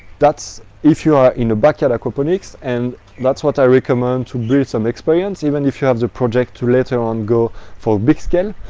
if you are in a backyard aquaponics and that's what i recommend to build some experience, even if you have the project to later on go for big scale.